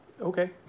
okay